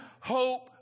Hope